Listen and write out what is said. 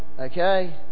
Okay